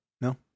No